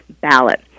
ballot